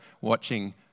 watching